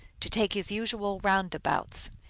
to take his usual roundabouts,